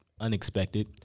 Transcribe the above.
unexpected